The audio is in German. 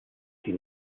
die